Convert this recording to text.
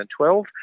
2012